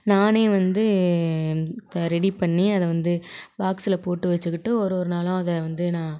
நானே வந்து ரெடி பண்ணி அதை வந்து பாக்ஸில் போட்டு வச்சுக்கிட்டு ஒரு ஒரு நாளும் அதை வந்து நான்